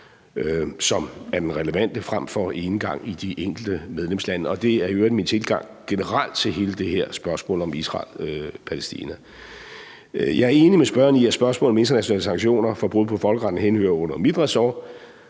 som er den relevante, frem for at der gås enegang i de enkelte medlemslande. Det er i øvrigt min tilgang generelt til hele det her spørgsmål om Israel-Palæstina. Jeg er enig med spørgeren i, at spørgsmål om internationale sanktioner for brud på folkeretten henhører under mit ressort.